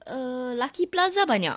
err lucky plaza banyak